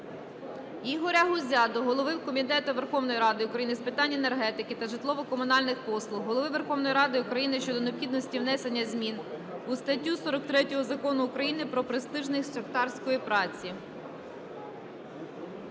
Ігоря Гузя до голови Комітету Верховної Ради України з питань енергетики та житлово-комунальних послуг, Голови Верховної Ради України щодо необхідності внесення змін у статтю 43 Закону України "Про престижність шахтарської праці".